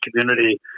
community